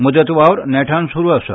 मजत वावर नेटान सुरू आसा